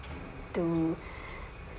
to